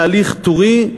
בהליך טורי,